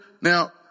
Now